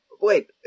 Wait